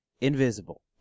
invisible